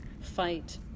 fight